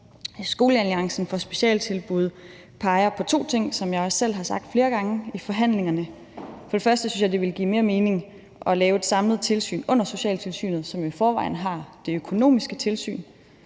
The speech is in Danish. Skolealliancen for specialundervisningstilbud peger på to ting, som jeg også selv har sagt flere gange i forhandlingerne. For det første synes jeg, at det ville give mere mening at lave et samlet tilsyn under socialtilsynet, som i forvejen har det økonomiske tilsyn.